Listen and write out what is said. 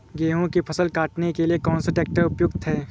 गेहूँ की फसल काटने के लिए कौन सा ट्रैक्टर उपयुक्त है?